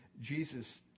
Jesus